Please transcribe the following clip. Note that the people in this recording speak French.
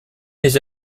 les